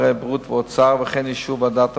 הבריאות ושר האוצר וכן אישור ועדת העבודה,